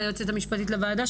היועצת המשפטית של הוועדה,